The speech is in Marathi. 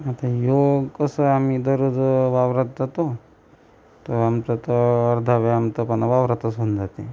आता ह्यो कसं आमी दररोज वावरात जातो तर आमचा तर अर्धा व्यायाम तर बा ना वावरातच होऊन जाते